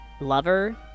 lover